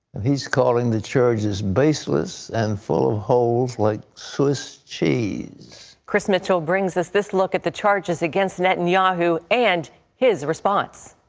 and he's calling the charges baseless and full of holes, like swiss cheese. wendy chris mitchell brings us this look at the charges against netanyahu and his response.